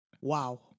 Wow